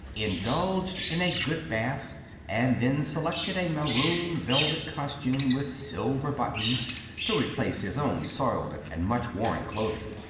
indulged in a good bath and then selected a maroon velvet costume with silver buttons to replace his own soiled and much worn clothing.